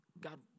God